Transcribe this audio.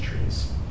trees